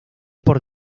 por